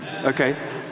Okay